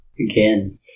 Again